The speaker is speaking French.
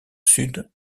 sud